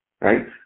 right